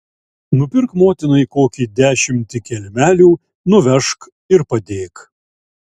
nupirk motinai kokį dešimtį kelmelių nuvežk ir padėk